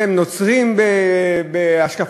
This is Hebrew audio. הן נוצריות בהשקפתן,